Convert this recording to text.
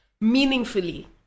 meaningfully